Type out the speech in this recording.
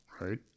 Right